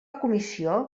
comissió